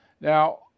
Now